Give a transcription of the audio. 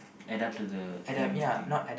add up to the new thing ah